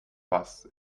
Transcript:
bus